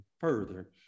further